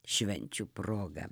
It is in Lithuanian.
švenčių proga